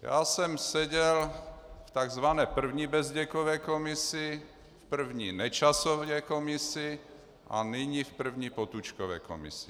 Já jsem seděl v tzv. první Bezděkově komisi, v první Nečasově komisi, a nyní v první Potůčkově komisi.